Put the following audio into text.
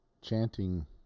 chanting